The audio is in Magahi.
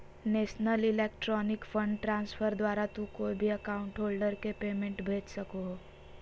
नेशनल इलेक्ट्रॉनिक फंड ट्रांसफर द्वारा तू कोय भी अकाउंट होल्डर के पेमेंट भेज सको हो